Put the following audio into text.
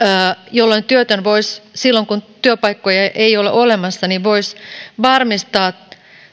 jolloin työtön silloin kun työpaikkoja ei ole olemassa voisi varmistaa